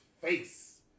face